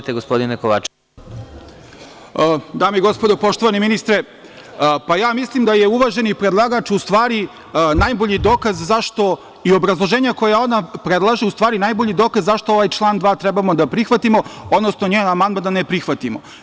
Dame i gospodo narodni poslanici, poštovani ministre, mislim da je uvaženi predlagač u stvari najbolji dokaz zašto i obrazloženja koje ona predlaže, u stvari, najbolji dokaz zašto ovaj član 2. treba da prihvatimo, odnosno njen amandman da ne prihvatimo.